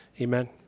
Amen